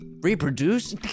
reproduce